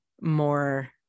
more